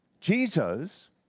Jesus